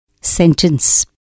sentence